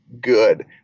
good